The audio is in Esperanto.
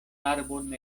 arbon